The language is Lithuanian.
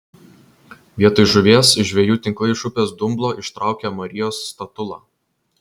vietoj žuvies žvejų tinklai iš upės dumblo ištraukė marijos statulą